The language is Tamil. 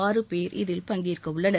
ஆறு பேர் இதில் பங்கேற்கவுள்ளனர்